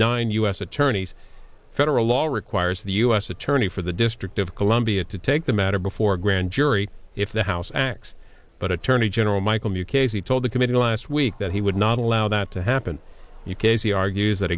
nine u s attorneys federal law requires the u s attorney for the district of columbia to take the matter before a grand jury if the house acts but attorney general michael mukasey told the committee last week that he would not allow that to happen you case he argues that